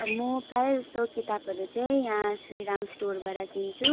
अब म प्राय जस्तो किताबहरू चाहिँ म यहाँ श्रीराम स्टोरबटा किन्छु